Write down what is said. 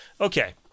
Okay